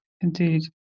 Indeed